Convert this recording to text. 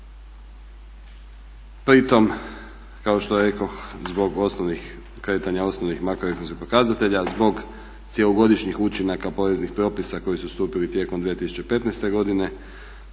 Pritom kao što rekoh zbog osnovnih kretanja osnovnih makroekonomskih pokazatelja, zbog cjelogodišnjih učinaka poreznih propisa koji su stupili tijekom 2015. godine